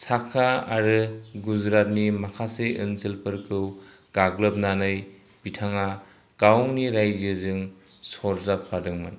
साखा आरो गुजरातनि माखासे ओनसोलफोरखौ गाग्लोबनानै बिथाङा गावनि रायजोजों सरजाबफादोंमोन